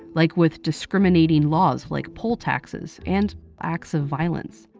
like with discriminating laws like poll taxes, and acts of violence.